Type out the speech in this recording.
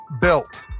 built